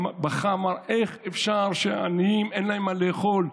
הוא בכה ואמר: איך אפשר שלעניים אין מה לאכול?